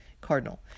cardinal